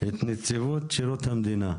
את נציבות שירות המדינה.